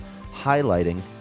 highlighting